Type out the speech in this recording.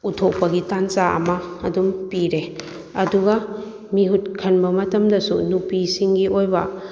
ꯎꯠꯊꯣꯛꯄꯒꯤ ꯇꯟꯖꯥ ꯑꯃ ꯑꯗꯨꯝ ꯄꯤꯔꯦ ꯑꯗꯨꯒ ꯃꯤꯍꯨꯠ ꯈꯟꯕ ꯃꯇꯝꯗꯁꯨ ꯅꯨꯄꯤꯁꯤꯡꯒꯤ ꯑꯣꯏꯕ